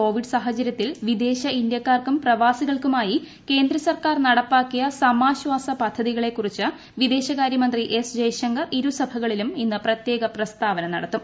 Covid സാഹചര്യത്തിൽ വിദേശ ഇന്ത്യക്കാർക്കും പ്രവാസികൾക്കുമായി കേന്ദ്ര സർക്കാൻ നടപ്പാക്കിയ സമാശ്വാസ പദ്ധതികളെ കുറിച്ച് വിദേശകാര്യമന്ത്രി എസ് ജയ്ശങ്കർ ഇരു സഭകളിലും ഇന്ന് പ്രത്യേക പ്രസ്താവന നടത്തും